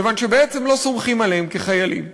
כיוון שבעצם לא סומכים עליהם כחיילים.